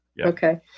Okay